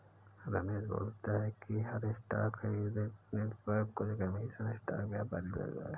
रमेश बोलता है कि हर स्टॉक खरीदने पर कुछ कमीशन स्टॉक व्यापारी लेता है